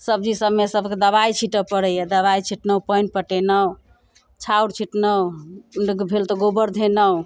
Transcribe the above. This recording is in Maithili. सब्जी सभमे दबाइ छिटऽ पड़ैया दबाइ छिटलहुँ पानि पटेलहुँ छाउर छिटलहुँ ओ नहि कऽ भेल तऽ गोबर धयलहुँ